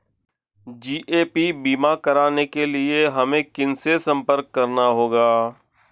GAP बीमा कराने के लिए हमें किनसे संपर्क करना होगा?